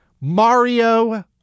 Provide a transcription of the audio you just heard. Mario